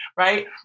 Right